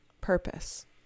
purpose